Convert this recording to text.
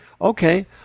Okay